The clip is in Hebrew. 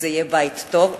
וזה יהיה בית טוב וחם.